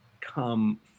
come